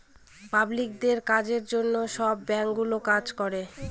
পাবলিকদের কাজের জন্য সব ব্যাঙ্কগুলো কাজ করে